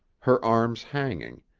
her arms hanging,